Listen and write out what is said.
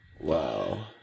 Wow